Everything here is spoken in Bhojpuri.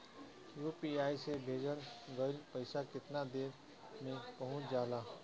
यू.पी.आई से भेजल गईल पईसा कितना देर में पहुंच जाला?